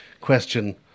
question